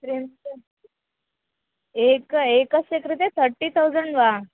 त्रिशतम् एक एकस्य कृते थर्टि तौसण्ड् वा